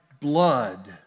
blood